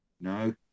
no